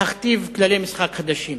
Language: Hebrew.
להכתיב כללי משחק חדשים